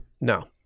No